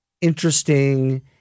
interesting